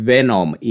Venom